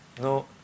no